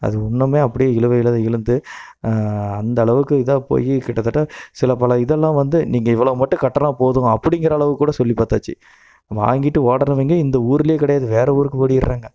அது இன்னும் அப்படியே இழுவையில் தான் இழுத்து அந்த அளவுக்கு இதாக போய் கிட்ட தட்ட சில பல இதெல்லாம் வந்து நீங்கள் இவ்வளோ மட்டும் கட்டினா போதும் அப்படிங்கிற அளவுக்கு கூட சொல்லி பார்த்தாச்சு வாங்கிட்டு ஓடுறவங்க இந்த ஊர்லேயே கிடையாது வேற ஊருக்கு ஓடிடுறாங்க